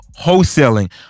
Wholesaling